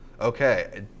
Okay